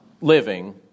living